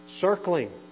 circling